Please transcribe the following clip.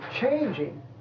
changing